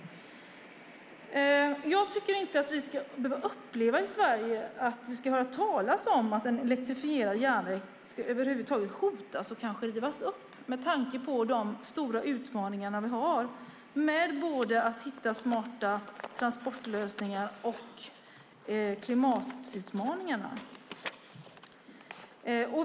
Jag tycker inte att vi i Sverige ska behöva höra talas om att en elektrifierad järnväg över huvud taget ska hotas och kanske rivas upp, med tanke på de stora utmaningar vi har med både att hitta smarta transportlösningar och klimatutmaningarna.